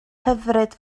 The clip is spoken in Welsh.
hyfryd